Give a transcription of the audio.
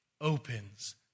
opens